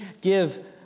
give